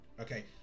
okay